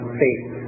faith